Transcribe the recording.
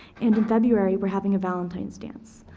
and in february we're having a valentine's dance.